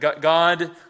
God